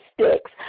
sticks